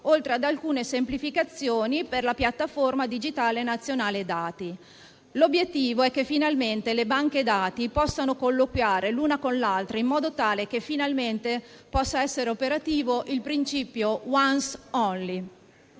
oltre ad alcune semplificazioni per la piattaforma digitale nazionale dati. L'obiettivo è che finalmente le banche dati possano colloquiare l'una con l'altra, in modo tale che finalmente possa essere operativo il principio *once-only*.